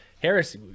Harris